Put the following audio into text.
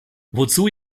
wozu